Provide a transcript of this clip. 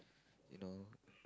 you know